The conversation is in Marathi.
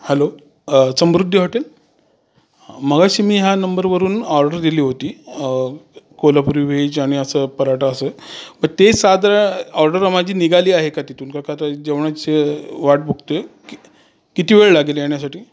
हॅलो समृद्धी हॉटेल मघाशी मी ह्या नंबर वरून ऑर्डर दिली होती कोल्हापुरी वेज आणि असं पराठा असं पण ते साधारण ऑर्डर माझी निघाली आहे का तिथून का का तर जेवणाची वाट बघतो आहे की किती वेळ लागेल येण्यासाठी